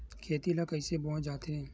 खेती ला कइसे बोय जाथे?